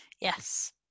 yes